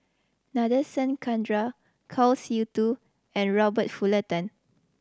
Nadasen Chandra Kwa Siew To and Robert Fullerton